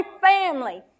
family